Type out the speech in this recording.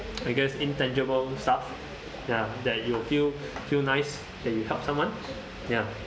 I guess intangible stuff ya that you feel feel nice then you help someone ya